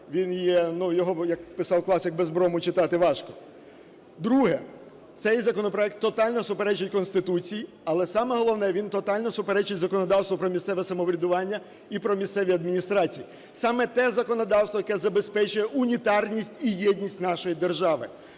він є, ну, його, як писав класик, без брому читати важко. Друге. Цей законопроект тотально суперечить Конституції, але, саме головне, він тотально суперечить законодавству про місцеве самоврядування і про місцеві адміністрації. Саме те законодавство, яке забезпечує унітарність і єдність нашої держави.